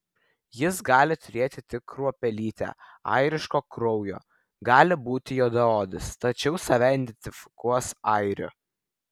jis gali turėti tik kruopelytę airiško kraujo gali būti juodaodis tačiau save identifikuos airiu